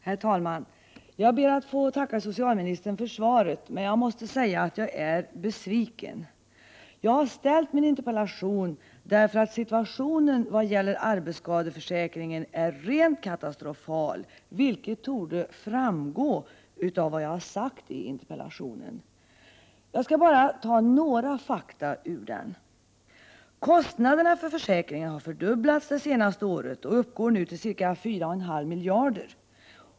Herr talman! Jag ber att få tacka socialministern för svaret, men jag måste säga att jag är besviken. Jag har framställt min interpellation, därför att situationen i vad gäller arbetsskadeförsäkringen är rent katastrofal, vilket torde ha framgått av vad jag anfört i interpellationen. Jag skall här bara redovisa några fakta ur den. Kostnaderna för försäkringen har fördubblats det senaste året och uppgår nu till ca 4,5 miljarder kronor.